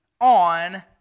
on